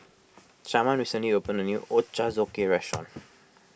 Sharman recently opened a new Ochazuke restaurant